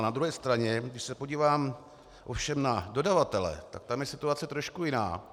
Na druhé straně když se podívám na dodavatele, tak tam je situace trošku jiná.